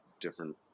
different